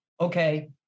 okay